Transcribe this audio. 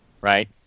Right